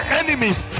enemies